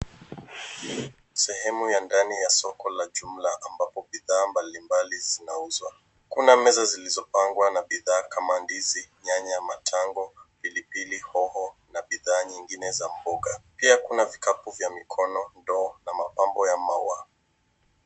Sehemu ya ndani ya soko la jumla ambapo bidhaa mbalimbali zinazouzwa, kuna meza zilizopangwa na bidhaa kama ndizi, nyanya, matango, pilipili, hoho na bidhaa nyingine za mboga. Pia kuna vikapu vya mikono, ndoo na mapambo ya maua.